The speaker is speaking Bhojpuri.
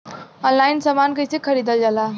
ऑनलाइन समान कैसे खरीदल जाला?